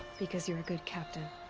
because you're a good captain.